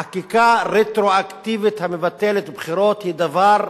חקיקה רטרואקטיבית המבטלת בחירות היא דבר,